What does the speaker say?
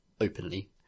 openly